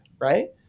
right